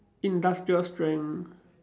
industrial strength